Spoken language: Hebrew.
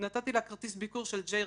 נתתי לה כרטיס ביקור של ג'יי,